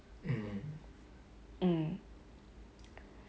mm